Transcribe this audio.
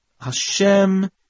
Hashem